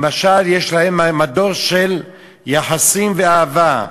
למשל, יש להם מדור של יחסים ואהבה.